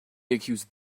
accuse